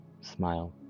Smile